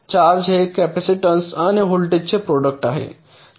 charge हे capacitance आणि व्होल्टेजचे प्रॉडक्ट आहे